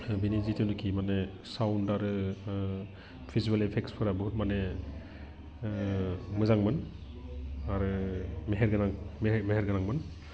बिनि जिथुनाखि माने साउन्द आरो भिजुयेल इपेक्ट्सफोरा बुहुत माने मोजांमोन आरो मेहेर गोनां मेहेर गोनांमोन